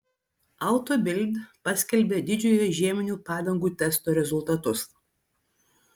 auto bild paskelbė didžiojo žieminių padangų testo rezultatus